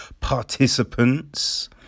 participants